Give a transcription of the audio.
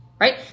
Right